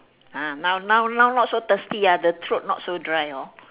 ah now now now not so thirsty ah the throat not so dry hor